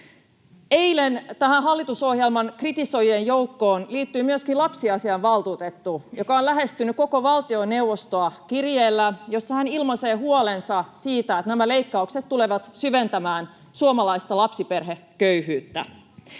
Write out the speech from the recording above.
Eilen tähän hallitusohjelman kritisoijien joukkoon liittyi myöskin lapsiasiainvaltuutettu, joka on lähestynyt koko valtioneuvostoa kirjeellä, jossa hän ilmaisee huolensa siitä, että nämä leikkaukset tulevat syventämään suomalaista lapsiperheköyhyyttä.